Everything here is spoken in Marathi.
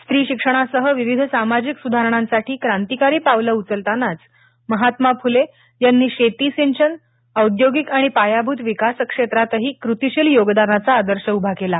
स्त्री शिक्षणासह विविध सामाजिक सुधारणांसाठी क्रांतीकारी पावलं उचलतानाच महात्मा फुले यांनी शेती सिंचन औद्योगिक आणि पायाभूत विकास क्षेत्रातही कृतीशील योगदानाचा आदर्श उभा केला